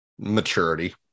maturity